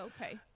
Okay